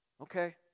Okay